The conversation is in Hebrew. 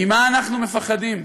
ממה אנחנו מפחדים?